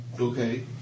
Okay